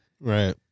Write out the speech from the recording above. Right